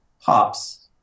pops